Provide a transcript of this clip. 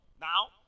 Now